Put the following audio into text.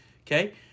Okay